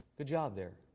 good job there.